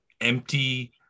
empty